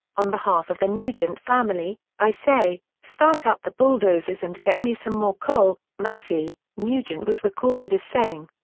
on behalf of the nugent family, i say, start up the bulldozers and get me some more coal, massey, nugent was recorded as saying.